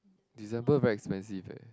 December very expensive eh